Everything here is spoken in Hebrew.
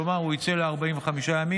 כלומר הוא יצא ל-45 ימים,